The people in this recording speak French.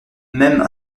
même